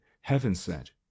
heaven-sent